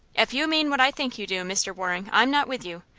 if you mean what i think you do, mr. waring, i'm not with you.